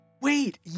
Wait